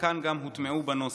חלקן גם הוטמעו בנוסח.